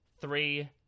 three